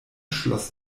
schloss